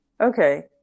Okay